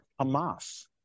Hamas